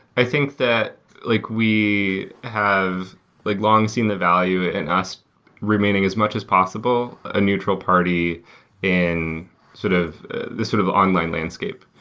i think that like we have like long seen the value and us remaining as much possible a neutral party in sort of this sort of online landscape.